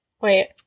Wait